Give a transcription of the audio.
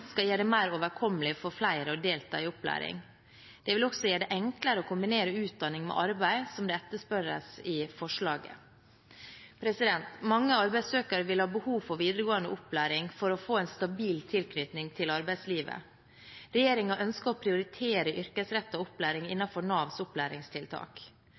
skal gjøre det mer overkommelig for flere å delta i opplæring. Det vil også gjøre det enklere å kombinere utdanning med arbeid, som etterspørres i forslaget. Mange arbeidssøkere vil ha behov for videregående opplæring for å få en stabil tilknytning til arbeidslivet. Regjeringen ønsker å prioritere yrkesrettet opplæring innenfor Navs opplæringstiltak.